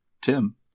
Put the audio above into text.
Tim